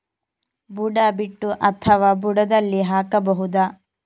ಬುಡ ಬಿಟ್ಟು ಅಥವಾ ಬುಡದಲ್ಲಿ ಹಾಕಬಹುದಾ?